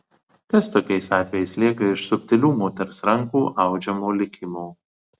kas tokiais atvejais lieka iš subtilių moters rankų audžiamo likimo